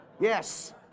Yes